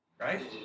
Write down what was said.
Right